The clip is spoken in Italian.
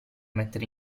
mettere